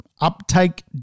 uptake